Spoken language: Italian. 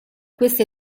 questa